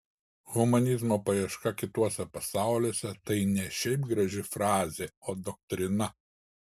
humanizmo paieška kituose pasauliuose tai ne šiaip graži frazė o doktrina